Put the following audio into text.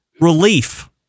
relief